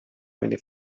mini